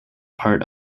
part